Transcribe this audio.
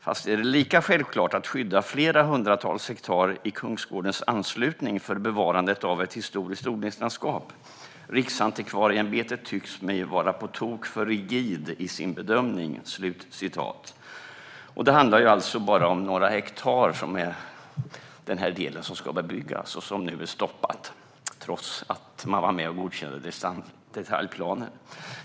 Fast är det lika självklart att skydda flera hundratals hektar i kungsgårdens anslutning för bevarande av ett historiskt odlingslandskap? Riksantikvarieämbetet tycks mig vara på tok för rigid i sin bedömning. Det handlar alltså om bara några hektar som ska bebyggas. Men detta är nu stoppat, trots att man var med och godkände detaljplanerna.